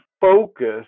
focused